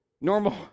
normal